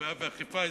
ואכיפה אזרחית.